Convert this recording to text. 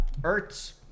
Ertz